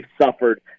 suffered